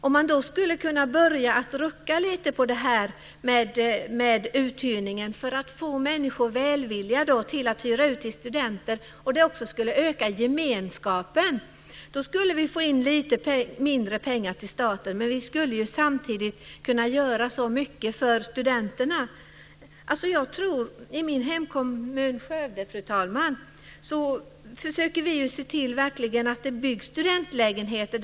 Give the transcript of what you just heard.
Om man skulle kunna börja rucka lite på det här med uthyrningen för att få människor välvilliga till att hyra ut till studenter - vilket också skulle öka gemenskapen - så skulle vi få in lite mindre pengar till staten, men vi skulle samtidigt göra så mycket för studenterna. I min hemkommun Skövde, fru talman, försöker vi verkligen se till att det byggs studentlägenheter.